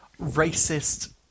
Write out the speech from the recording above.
racist